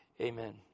amen